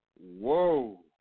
whoa